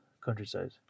countryside